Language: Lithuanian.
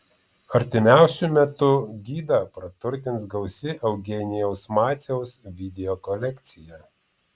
artimiausiu metu gidą praturtins gausi eugenijaus maciaus video kolekcija